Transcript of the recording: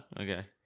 Okay